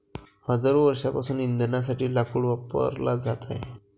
हजारो वर्षांपासून इंधनासाठी लाकूड वापरला जात आहे